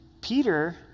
Peter